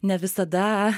ne visada